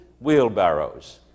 wheelbarrows